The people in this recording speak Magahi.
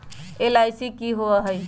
एल.आई.सी की होअ हई?